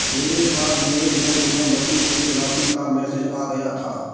मेरे पास मेरे बैंक में बची शेष राशि का मेसेज आ गया था